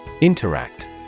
Interact